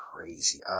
crazy